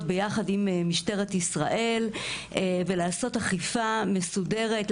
ביחד עם משטרת ישראל ולעשות אכיפה מסודרת,